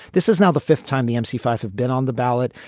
this is now the fifth time the m c fifth have been on the ballot.